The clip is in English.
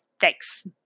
Thanks